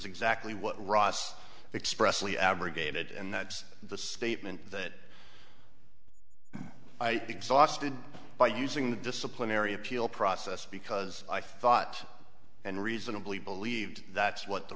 exactly what ross expressly abrogated and that's the statement that i exhausted by using the disciplinary appeal process because i thought and reasonably believed that's what the